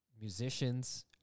musicians